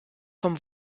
vom